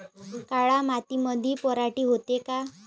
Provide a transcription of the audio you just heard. काळ्या मातीमंदी पराटी होते का?